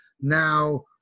now